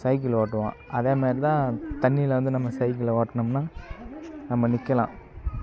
cycle ஓட்டுவோம் அதே மாரி தான் தண்ணியில் வந்து நம்ம சைக்கிளை ஒட்டனும்னா நம்ம நிற்கலாம்